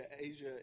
Asia